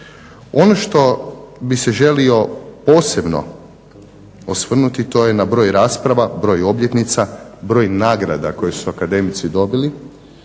Ono što bih se želio posebno osvrnuti to je na broj rasprava, broj obljetnica, broj nagrada koje su akademici dobili,